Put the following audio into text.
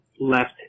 left